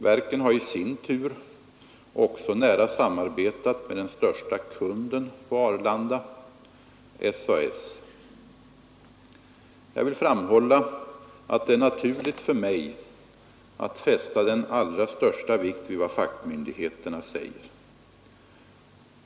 Verken har i sin tur också nära samarbetat med den största kunden på Arlanda, SAS. Jag vill framhålla att det är naturligt för mig att fästa den allra största vikt vid vad fackmyndigheterna säger.